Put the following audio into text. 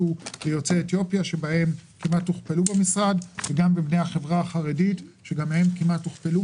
בקליטת יוצאי אתיופיה שכמעט הוכפל ומבני החברה החרדית שגם כמעט הוכפל.